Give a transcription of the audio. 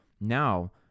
Now